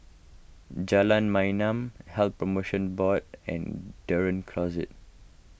Jalan Mayaanam Health Promotion Board and Dunearn Close